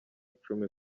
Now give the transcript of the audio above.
icumi